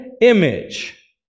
image